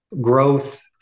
growth